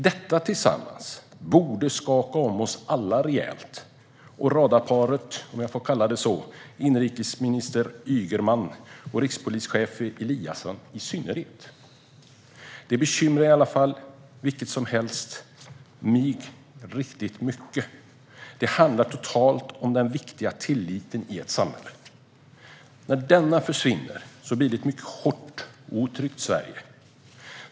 Detta tillsammans borde skaka om oss alla rejält och radarparet - om jag får kalla det så - inrikesminister Ygeman och rikspolischef Eliasson i synnerhet. Det bekymrar i alla fall mig riktigt mycket. Totalt handlar det om den viktiga tilliten i ett samhälle. När tryggheten försvinner blir det ett mycket hårt och otryggt Sverige.